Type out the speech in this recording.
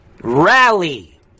rally